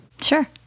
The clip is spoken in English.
Sure